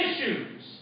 issues